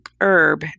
herb